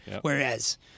Whereas